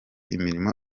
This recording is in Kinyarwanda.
imirimo